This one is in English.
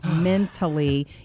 mentally